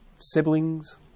Siblings